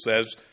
says